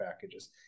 packages